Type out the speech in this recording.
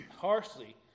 harshly